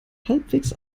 halbwegs